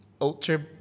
ultra